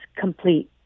complete